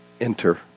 Enter